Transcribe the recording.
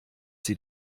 sie